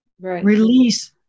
Release